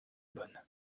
bonnes